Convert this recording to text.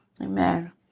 Amen